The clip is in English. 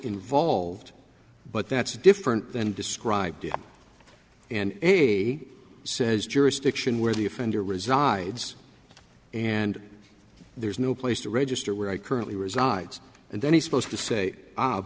involved but that's different than described and he says jurisdiction where the offender resides and there's no place to register where i currently resides and then he's supposed to say ah